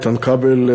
איתן כבל,